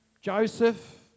Joseph